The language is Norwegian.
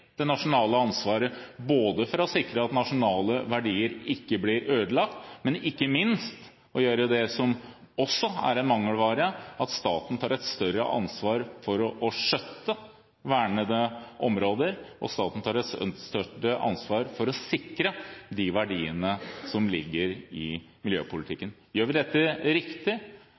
det nasjonale ansvaret for å sikre at nasjonale verdier ikke blir ødelagt – ikke minst gjøre det som nå også er mangelfullt, at staten tar et større ansvar for å skjøtte vernede områder, og at staten tar et større ansvar for å sikre de verdiene som ligger i miljøpolitikken – har vi